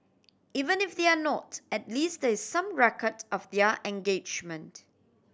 even if they're not at least there is some record of their engagement